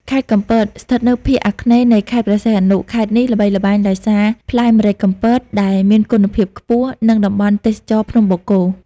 ខេត្តកំពត ស្ថិតនៅភាគអាគ្នេយ៍នៃខេត្តព្រះសីហនុ ខេត្តនេះល្បីល្បាញដោយសារ ផ្លែម្រេចកំពត ដែលមានគុណភាពខ្ពស់ និងតំបន់ទេសចរណ៍ភ្នំបូកគោ។